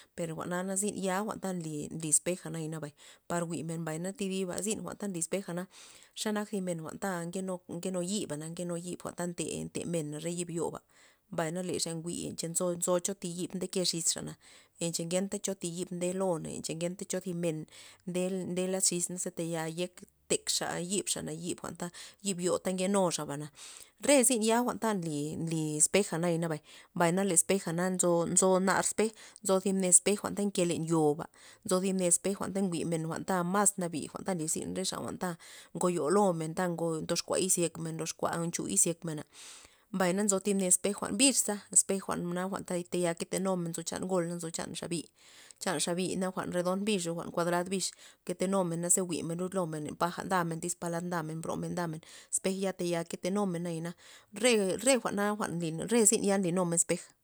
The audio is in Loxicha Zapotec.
Per jwa'na zyn ya jwa'nta nly- nly espeja naya nabay, par jwi'men, thi diba zyn li espej na xa nak thi mena ta nke nke nu yiba ta nke nu yib jwa'n ta nte- nte mena re yib yoba, mbay lexa njwi' cha nzo cho thi yib ndeke xis na lencho thi yib ndelo na cha ngencho yib cho zi men nde- nde las xis taya yek taya telxa yibxa yib jwa'nta mbio ta nkenuxa ba re zyn ya jwa'n ta nly- nly espeja naya bay, mbay na le espeja nzo- nzo nar espej nzo thib ned espej nke len yoba nzo thib ned espej jwa'n ta nji'men ta mas nabi jwa'n nlirzyn re xa ta ngoyo lomen ta ngo ndoxkua izyekmen ndox nchu izyekmena'. mbay nzo thib ned espej bix espej jwa' jwa'na yete tayal ketenumen ngol na nzo chan xabi chan xabi jwa'n redon bix jwa'n kuadrad bix nke tenumena ze jwi'men lomen paja ndames tyz palan nda men tyz bromen ndames espej ya taya ketenumen nayana re- re jwa'na zyn ya nlynumen espej